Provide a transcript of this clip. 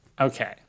Okay